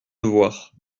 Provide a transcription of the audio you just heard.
devoir